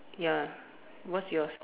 ya what's yours